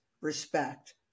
respect